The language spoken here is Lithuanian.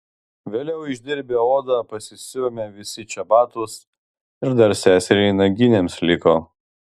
vėliau išdirbę odą pasisiuvome visi čebatus ir dar seseriai naginėms liko